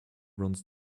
runs